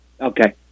Okay